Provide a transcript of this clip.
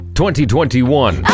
2021